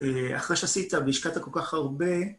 אחרי שעשית והשקעת כל כך הרבה